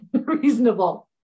reasonable